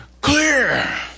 clear